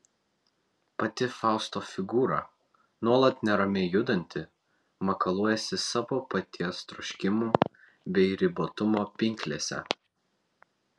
pati fausto figūra nuolat neramiai judanti makaluojasi savo paties troškimų bei ribotumo pinklėse